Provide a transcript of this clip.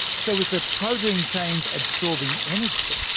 so with the protein chains absorbing energy,